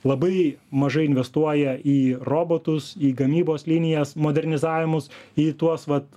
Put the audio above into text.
labai mažai investuoja į robotus į gamybos linijas modernizavimus į tuos vat